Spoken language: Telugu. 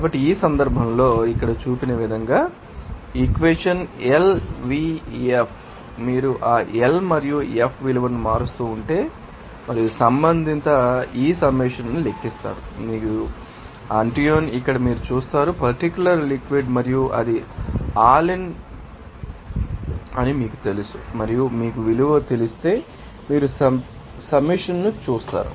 కాబట్టి ఈ సందర్భంలో ఇక్కడ చూపిన విధంగా ఈ ఈక్వెషన్ L V F మీరు ఆ L మరియు F విలువను మారుస్తూ ఉంటే మరియు సంబంధిత మీరు ఈ సమ్మషన్ను లెక్కిస్తారు మీకు తెలుసా ఆంటోయిన్ ఇక్కడ మీరు చూస్తారు పర్టిక్యూలర్ లిక్విడ్ ం మరియు అది అల్ అని మీకు తెలుసు మరియు మీకు విలువ తెలిస్తే మీరు సబ్మిషన్ ను చూస్తారు